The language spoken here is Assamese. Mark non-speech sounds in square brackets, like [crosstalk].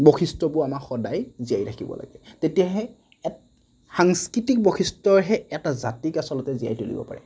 বৈশিষ্টবোৰ আমাৰ সদায় জীয়াই ৰাখিব লাগে তেতিয়াহে [unintelligible] সাংস্কৃতিক বৈশিষ্টহে এটা জাতিক আচলতে জীয়াই তুলিব পাৰে